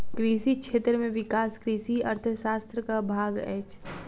कृषि क्षेत्र में विकास कृषि अर्थशास्त्रक भाग अछि